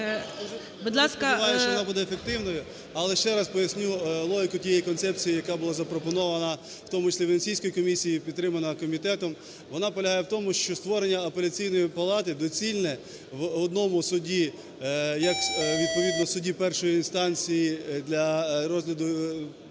я сподіваюсь, що вона буде ефективною, але ще раз поясню логіку тієї концепції, яка була запропонована, в тому числі Венеційською комісією, і підтримана комітетом. Вона полягає в тому, що створення Апеляційної палати доцільне в одному суді як відповідно суді першої інстанції для розгляду